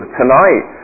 tonight